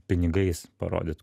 pinigais parodyt